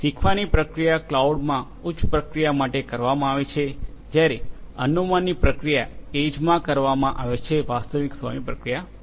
શીખવાની પ્રક્રિયા કલાઉડમાં ઉચ્ચ પ્રક્રિયા માટે કરવામાં આવે છે જ્યારે અનુમાનની પ્રક્રિયા એજમાં કરવામાં છે વાસ્તવિક સમય પ્રક્રિયા માટે